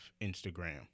Instagram